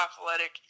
athletic